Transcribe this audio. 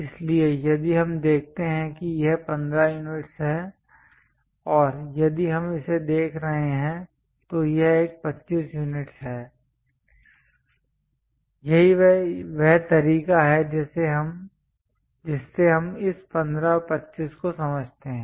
इसलिए यदि हम देखते हैं कि यह 15 यूनिट्स हैं और यदि हम इसे देख रहे हैं तो यह एक 25 यूनिट्स है यही वह तरीका है जिससे हम इस 15 और 25 को समझते हैं